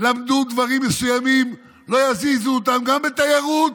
למדו דברים מסוימים, לא יזיזו אותם, גם בתיירות,